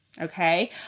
Okay